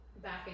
back